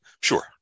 sure